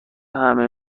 همه